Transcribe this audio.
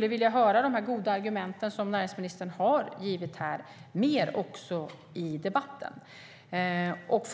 De goda argument som näringsministern har givit här skulle jag vilja höra mer i debatten. Vad